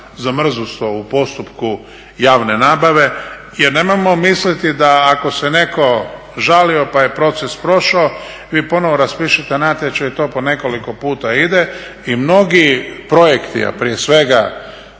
zamrznuto u postupku javne nabave, jer nemojmo misliti da ako se netko žalio pa je proces prošao, vi ponovo raspišete natječaj i to po nekoliko puta ide. I mnogi projekti, a prije svega